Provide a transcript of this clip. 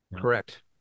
Correct